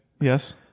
yes